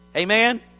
Amen